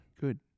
Good